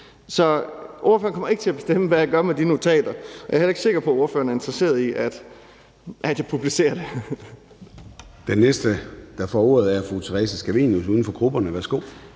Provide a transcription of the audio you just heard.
Så ordføreren kommer ikke til at bestemme, hvad jeg gør med de notater. Og jeg er heller ikke sikker på, at ordføreren er interesseret i, at jeg publicerer dem.